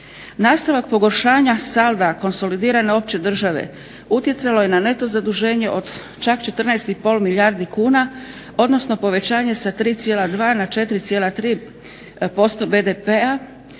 Nastavak pogoršanja salda konsolidirane opće države utjecalo je na neto zaduženje od čak 14,5 milijardi kuna odnosno povećanje sa 3,2 na 4,3% BDP-a